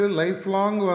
lifelong